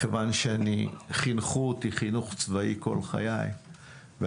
מכיוון שחינכו אותי חינך צבאי כל חיי ואני